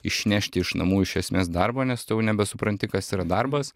išnešti iš namų iš esmės darbo nes tu jau nebesupranti kas yra darbas